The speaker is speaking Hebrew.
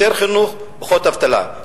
יותר חינוך, פחות אבטלה.